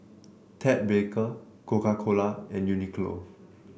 Ted Baker Coca Cola and Uniqlo